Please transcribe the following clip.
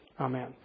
Amen